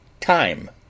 time